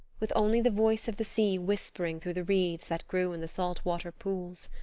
with only the voice of the sea whispering through the reeds that grew in the salt-water pools!